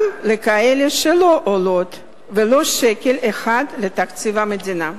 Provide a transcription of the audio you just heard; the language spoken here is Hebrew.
גם כאלה שלא עולות ולו שקל אחד לתקציב המדינה.